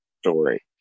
story